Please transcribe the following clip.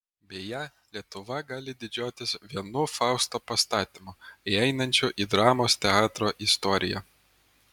beje lietuva gali didžiuotis vienu fausto pastatymu įeinančiu į dramos teatro istoriją